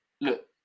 look